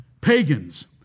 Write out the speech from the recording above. Pagans